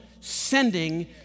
sending